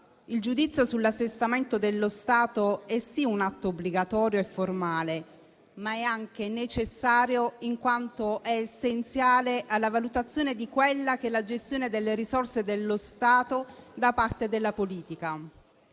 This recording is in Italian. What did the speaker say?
Il giudizio sull'assestamento dello Stato è sì un atto obbligatorio e formale, ma è anche necessario in quanto è essenziale alla valutazione della gestione delle risorse dello Stato da parte della politica.